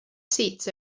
seats